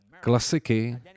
klasiky